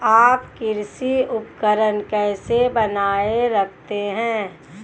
आप कृषि उपकरण कैसे बनाए रखते हैं?